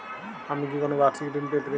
আমি কি কোন বাষিক ঋন পেতরাশুনা?